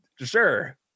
Sure